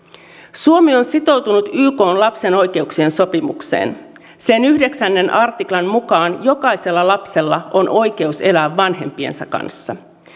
suomi on sitoutunut ykn lapsen oikeuksien sopimukseen sen yhdeksännen artiklan mukaan jokaisella lapsella on oikeus elää vanhempiensa kanssa